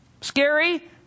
scary